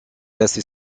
assez